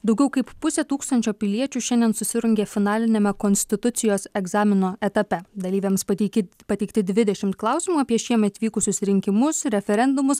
daugiau kaip pusė tūkstančio piliečių šiandien susirungė finaliniame konstitucijos egzamino etape dalyviams pateikė pateikti dvidešimt klausimų apie šiemet vykusius rinkimus referendumus